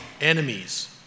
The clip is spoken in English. enemies